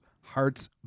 hearts